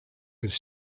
with